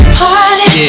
party